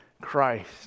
Christ